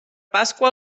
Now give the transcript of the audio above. pasqua